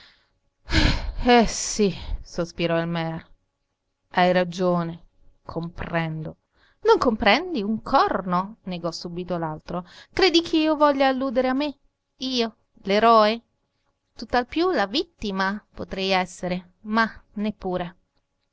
eh sì sospirò il mear hai ragione comprendo non comprendi un corno negò subito l'altro credi che io voglia alludere a me io l'eroe tutt'al più la vittima potrei essere ma neppure